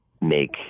make